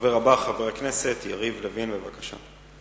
הדובר הבא, חבר הכנסת יריב לוין, בבקשה.